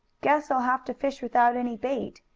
guess i'll have to fish without any bait,